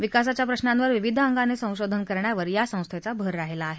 विकासाच्या प्रश्नांवर विविधांगानं संशोधन करण्यावर या संस्थेचा भर राहिला आहे